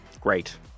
Great